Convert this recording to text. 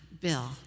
Bill